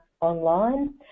online